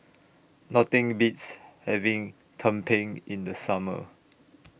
Nothing Beats having Tumpeng in The Summer